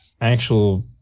actual